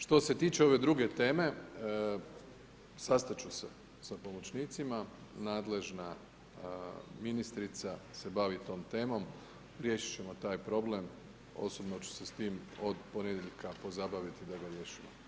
Što se tiče ove druge teme, sastat ću se sa pomoćnicima, nadležna ministrica se bavi tom temom, riješit ćemo taj problem, osobno ću se s tim od ponedjeljka pozabaviti da ga riješimo.